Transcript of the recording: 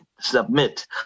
submit